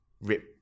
rip